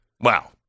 Wow